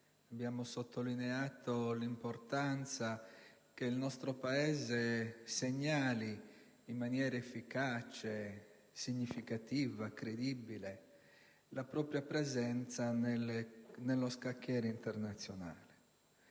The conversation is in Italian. abbiamo sottolineato l'importanza che il nostro Paese segnali in maniera efficace, significativa e credibile la propria presenza nello scacchiere internazionale.